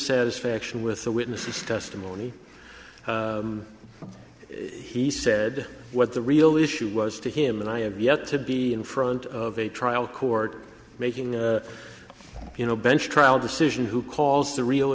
dissatisfaction with the witness's testimony he said what the real issue was to him and i have yet to be in front of a trial court making you know bench trial decision who calls the real